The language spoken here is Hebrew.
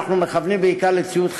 אנחנו מכוונים בעיקר לציוד,